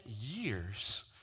years